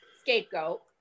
scapegoat